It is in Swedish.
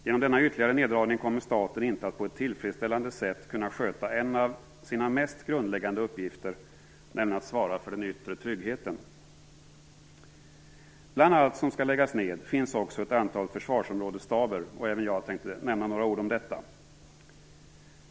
Genom denna ytterligare neddragning kommer staten inte att på ett tillfredsställande sätt kunna sköta en av sina mest grundläggande uppgifter, nämligen att svara för den yttre tryggheten. Bland allt som skall läggas ned finns också ett antal försvarsområdesstaber, och även jag tänkte säga några ord om detta.